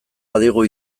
badigu